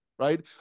right